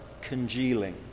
congealing